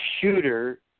shooter